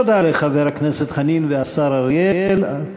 תודה לחבר הכנסת חנין והשר אריאל.